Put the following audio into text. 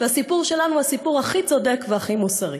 והסיפור שלנו הוא הסיפור הכי צודק והכי מוסרי.